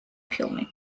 ფილმი